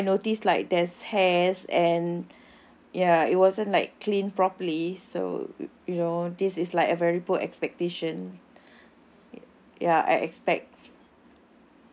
also I notice like there's hairs and ya it wasn't like cleaned properly so you you know this is like a very poor expectation ya I expect